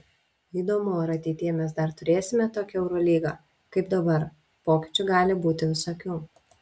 įdomu ar ateityje mes dar turėsime tokią eurolygą kaip dabar pokyčių gali būti visokių